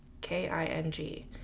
K-I-N-G